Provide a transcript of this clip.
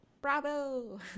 bravo